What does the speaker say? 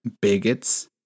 bigots